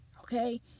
okay